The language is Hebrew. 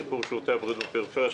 שיפור שירותי הבריאות בפריפריה,